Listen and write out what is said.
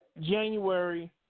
January